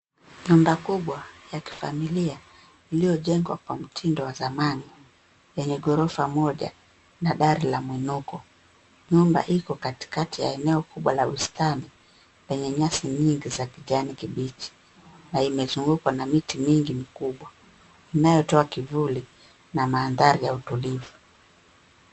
Nyumba kubwa ya kifamilia iliyojengwa kwa mtindo wa zamani yenye ghorofa moja na dari ya mwinuko. Nyumba iko katikati ya eneo kubwa la bustani, lenye nyasi nyingi za kijani kibichi, na imezungukwa na miti mingi mikubwa, inayotoa kivuli na mandhari ya utulivu.